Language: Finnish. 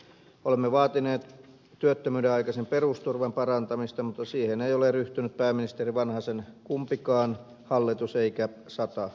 olemme vaatineet työttömyydenaikaisen perusturvan parantamista mutta siihen ei ole ryhtynyt pääministeri vanhasen kumpikaan hallitus eikä sata komitea